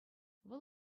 вӑл